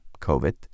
COVID